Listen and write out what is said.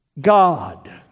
God